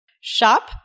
Shop